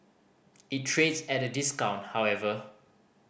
it trades at a discount however